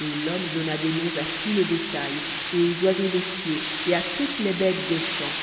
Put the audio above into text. et l'homme donna des noms à tout le bétail et aux oiseaux des cieux et à toutes les bêtes des champs